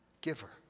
giver